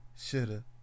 shoulda